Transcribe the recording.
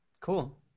Cool